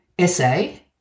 essay